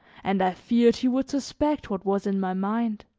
and i feared he would suspect what was in my mind.